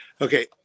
Okay